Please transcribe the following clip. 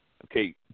Okay